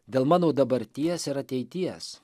dėl mano dabarties ir ateities